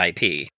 IP